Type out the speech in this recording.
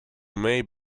may